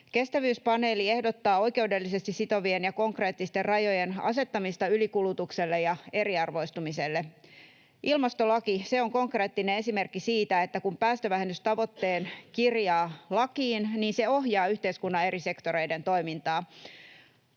Kestävyyspaneeli ehdottaa oikeudellisesti sitovien ja konkreettisten rajojen asettamista ylikulutukselle ja eriarvoistumiselle. Ilmastolaki on konkreettinen esimerkki siitä, että kun päästövähennystavoitteen kirjaa lakiin, niin se ohjaa yhteiskunnan eri sektoreiden toimintaa.